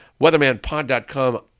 weathermanpod.com